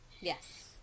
Yes